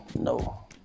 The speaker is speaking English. No